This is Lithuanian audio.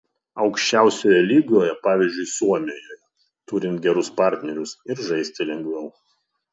aukščiausioje lygoje pavyzdžiui suomijoje turint gerus partnerius ir žaisti lengviau